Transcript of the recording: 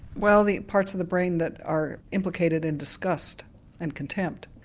well the parts of the brain that are implicated in disgust and contempt,